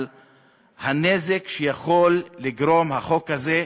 את הנזק שיכול לגרום החוק הזה,